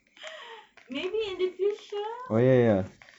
maybe in the future